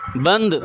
بند